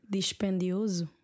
Dispendioso